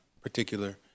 particular